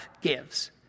gives